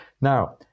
Now